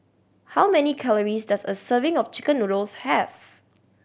how many calories does a serving of chicken noodles have